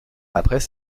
après